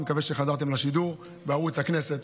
אני מקווה שחזרתם לשידור בערוץ הכנסת.